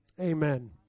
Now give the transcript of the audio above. amen